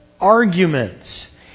arguments